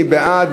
מי בעד?